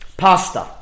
Pasta